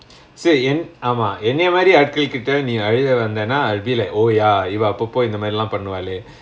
say and ஆமா எனைய மாரி ஆட்கள் கிட்ட நீ அழுவ வந்தன்னா:aamaa enaya maari aatkal kitta nee aluva vanthanaa I'll be like oh ya இவ அப்பப்போ இந்த மாரிலா பன்னுவாலே:iva apappo intha maarila pannuvalae